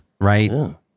Right